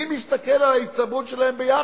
מי מסתכל על ההצטברות שלהם ביחד?